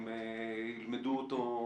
אם ילמדו אותו.